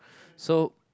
so